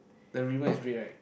the ribbon is red right